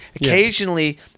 Occasionally